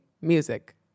music